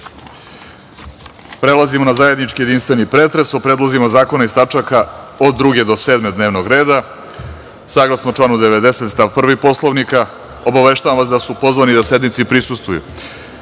skupštine. Prelazimo na zajednički jedinstveni pretres o predlozima zakona iz tačaka od 2. do 7. dnevnog reda. Saglasno članu 90. stav 1. Poslovnika, obaveštavam vas da su pozvani da sednici prisustvuju: